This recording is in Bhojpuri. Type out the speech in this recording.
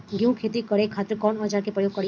गेहूं के खेती करे खातिर कवन औजार के प्रयोग करी?